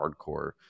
hardcore